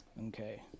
Okay